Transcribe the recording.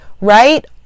right